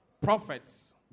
prophets